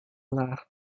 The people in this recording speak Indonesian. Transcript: lelah